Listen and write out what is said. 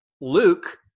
Luke